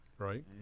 Right